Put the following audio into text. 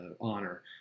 honor